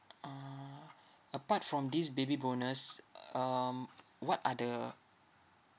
uh apart from this baby bonus um what are the